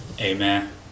Amen